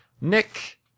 Nick